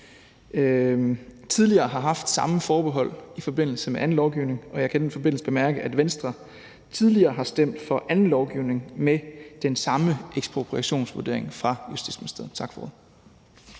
tidligere har haft samme forbehold i forbindelse med anden lovgivning, og jeg kan i den forbindelse bemærke, at Venstre tidligere har stemt for anden lovgivning med den samme ekspropriationsvurdering fra Justitsministeriet. Tak for ordet.